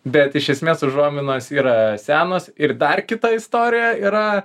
bet iš esmės užuominos yra senos ir dar kita istorija yra